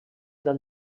del